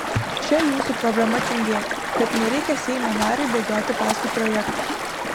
čia jūsų problema tingėti bet nereikia seimo nariui bėgioti paskui projektą